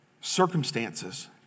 circumstances